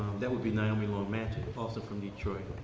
that would be naomi long madgett, also from detroit.